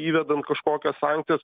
įvedant kažkokias sankcijas